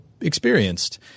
experienced